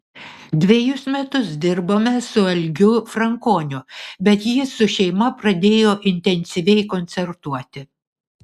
dvejus metus dirbome su algiu frankoniu bet jis su šeima pradėjo intensyviai koncertuoti